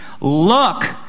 Look